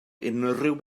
unrhyw